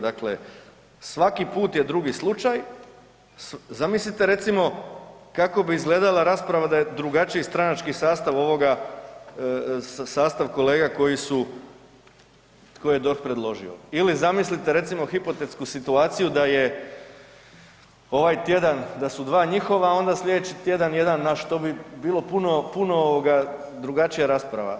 Dakle, svaki put je drugi slučaj, zamislite recimo kako bi izgledala rasprava da je drugačiji stranački sastav ovoga sastav kolega koji su, koje je DORH predložio ili zamislite recimo hipotetsku situaciju da je ovaj tjedan da su dva njihova onda slijedeći tjedan jedan naš, to bi bilo puno, puno ovoga drugačija rasprava.